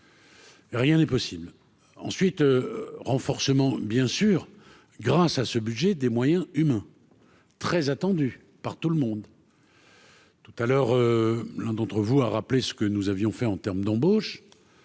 Rien n'est possible ensuite renforcement bien sûr grâce à ce budget, des moyens humains, très attendu par tout le monde. Tout à l'heure, l'un d'entre vous, a rappelé ce que nous avions fait en terme d'embauche,